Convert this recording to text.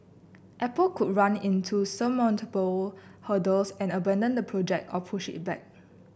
Apple could run into insurmountable hurdles and abandon the project or push it back